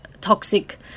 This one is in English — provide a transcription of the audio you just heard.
toxic